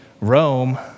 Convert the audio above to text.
Rome